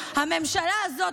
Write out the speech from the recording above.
הממשלה הזאת,